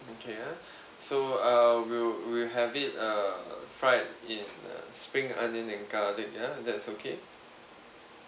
okay ah so err we'll we have it err fried in uh spring onion and garlic ah that's okay